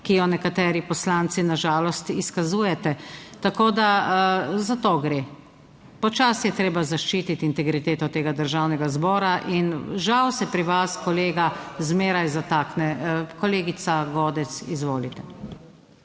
ki jo nekateri poslanci, na žalost izkazujete, tako da, za to gre. Počasi je treba zaščititi integriteto tega Državnega zbora in žal se pri vas, kolega, zmeraj zatakne. Kolegica Godec, izvolite.